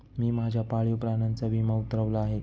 मी माझ्या पाळीव प्राण्याचा विमा उतरवला आहे